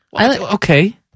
okay